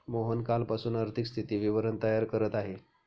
मोहन कालपासून आर्थिक स्थिती विवरण तयार करत आहे